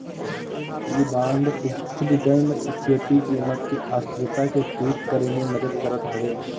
इ बांड स्थिर return equity कीमत के अस्थिरता के ठीक करे में मदद करत हवे